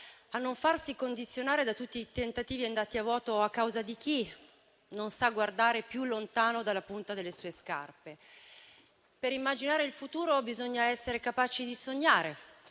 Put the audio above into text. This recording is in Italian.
a non farsi condizionare da tutti i tentativi andati a vuoto a causa di chi non sa guardare più lontano della punta delle proprie scarpe. Per immaginare il futuro bisogna essere capaci di sognare,